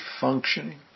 functioning